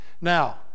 now